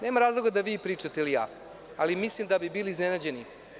Nema razloga da pričate vi ili ja, ali mislim da bi bili iznenađeni.